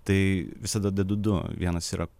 tai visada dedu du vienas yra